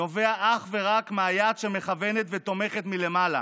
נובע אך ורק מהיד שמכוונת ותומכת מלמעלה: